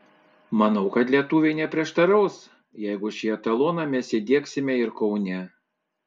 manau kad lietuviai neprieštaraus jeigu šį etaloną mes įdiegsime ir kaune